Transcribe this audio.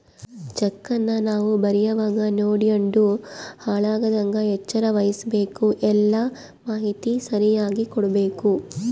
ಚೆಕ್ಕನ್ನ ನಾವು ಬರೀವಾಗ ನೋಡ್ಯಂಡು ಹಾಳಾಗದಂಗ ಎಚ್ಚರ ವಹಿಸ್ಭಕು, ಎಲ್ಲಾ ಮಾಹಿತಿ ಸರಿಯಾಗಿ ಕೊಡ್ಬಕು